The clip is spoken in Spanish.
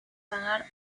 pagar